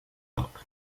lock